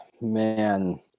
Man